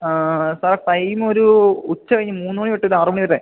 sir ടൈമൊരു ഉച്ച കഴിഞ്ഞ് മൂന്നു മണി തൊട്ടിട്ട് ആറുമണി വരെ